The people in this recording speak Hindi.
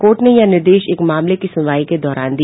कोर्ट ने यह निर्देश एक मामले की सुनवाई के दौरान दिया